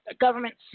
government's